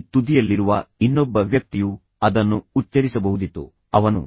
ಈ ತುದಿಯಲ್ಲಿರುವ ಇನ್ನೊಬ್ಬ ವ್ಯಕ್ತಿಯು ಅದನ್ನು ಉಚ್ಚರಿಸಬಹುದಿತ್ತು ಅವನು